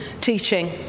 teaching